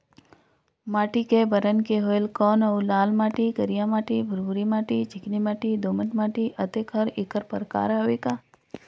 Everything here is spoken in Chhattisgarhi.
माटी कये बरन के होयल कौन अउ लाल माटी, करिया माटी, भुरभुरी माटी, चिकनी माटी, दोमट माटी, अतेक हर एकर प्रकार हवे का?